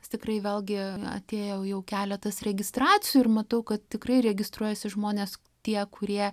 jis tikrai vėlgi atėjo jau keletas registracijų ir matau kad tikrai registruojasi žmonės tie kurie